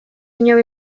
inor